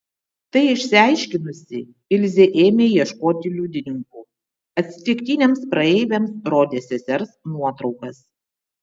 tai išsiaiškinusi ilze ėmė ieškoti liudininkų atsitiktiniams praeiviams rodė sesers nuotraukas